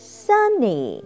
sunny